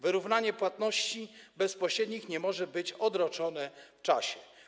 Wyrównanie płatności bezpośrednich nie może być odroczone w czasie.